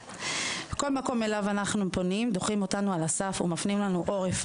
בכל מקום אליו אנחנו פונים דוחים אותנו על הסף ומפנים לנו עורף.